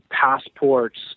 passports